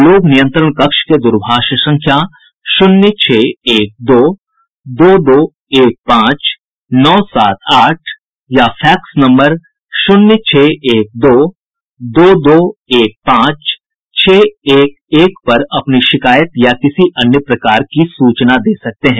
लोग नियंत्रण कक्ष के द्रभाष संख्या शून्य छह एक दो दो दो एक पांच नौ सात आठ या फैक्स नम्बर शून्य छह एक दो दो दो एक पांच छह एक एक पर अपनी शिकायत या किसी अन्य प्रकार की सूचना दे सकते हैं